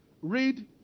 Read